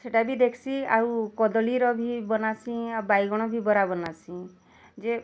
ସେଟା ବି ଦେଖ୍ସିଁ ଆଉ କଦଲୀର ଭି ବନାସିଁଁ ଆଉ ବାଇଗଣ ବି ବରା ବନାସିଁ